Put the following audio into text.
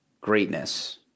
greatness